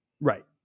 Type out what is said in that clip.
right